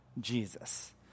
Jesus